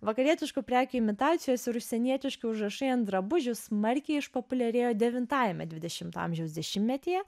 vakarietiškų prekių imitacijos ir užsienietiški užrašai ant drabužių smarkiai išpopuliarėjo devintajame dvidešimto amžiaus dešimtmetyje